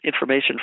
information